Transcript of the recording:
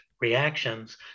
reactions